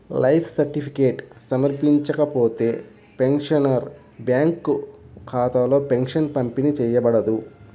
life certificate సమర్పించకపోతే, pensioner bank ఖాతాలో pension పంపిణీ చేయబడదు